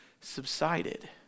subsided